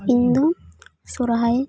ᱤᱧᱫᱚ ᱥᱚᱦᱚᱨᱟᱭ